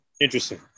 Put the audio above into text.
Interesting